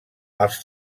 els